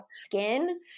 skin